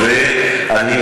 אחד.